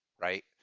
right